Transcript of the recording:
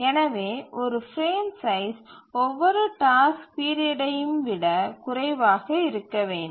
எனவே ஒரு frame size ஒவ்வொரு டாஸ்க் பீரியட்டையும் விட குறைவாக இருக்க வேண்டும்